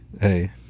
Hey